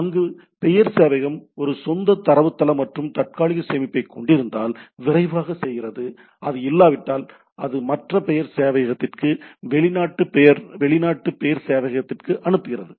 அங்கு பெயர் சேவையகம் ஒரு சொந்த தரவுத்தளம் மற்றும் தற்காலிக சேமிப்பைக் கொண்டிருந்தால் விரைவாகச் செய்கிறது அது இல்லாவிட்டால் அது மற்ற பெயர் சேவையகத்திற்கு வெளிநாட்டு பெயர் சேவையகத்திற்கு அனுப்புகிறது